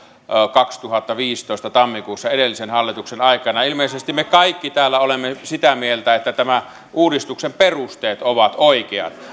kaksituhattaviisitoista tammikuussa edellisen hallituksen aikana ilmeisesti me kaikki täällä olemme sitä mieltä että tämän uudistuksen perusteet ovat oikeat